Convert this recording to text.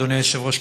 אדוני היושב-ראש,